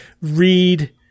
read